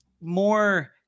more